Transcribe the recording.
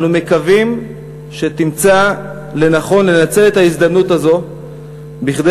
אנו מקווים שתמצא לנכון לנצל את ההזדמנות הזאת כדי